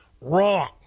wrong